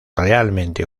realmente